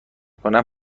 کنم